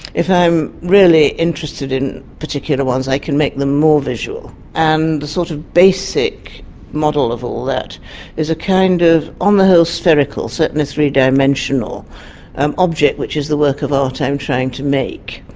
if i'm really interested in particular ones i can make them more visual and the sort of basic model of all that is a kind of on the whole spherical, certainly three dimensional object which is the work of art i'm trying to make,